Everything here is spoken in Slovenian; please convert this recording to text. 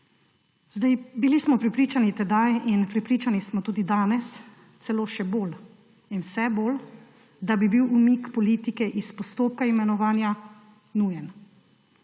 Bili smo prepričani tedaj in prepričani smo tudi danes, celo še bolj in vse bolj, da bi bil umik politike iz postopka imenovanja nujen.